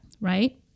right